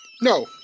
No